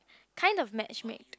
kind of match make